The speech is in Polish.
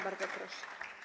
Bardzo proszę.